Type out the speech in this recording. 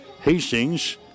Hastings